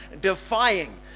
defying